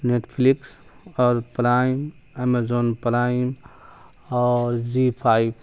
net flicks اور prime Amazon prime اور Zee five